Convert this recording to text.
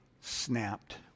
snapped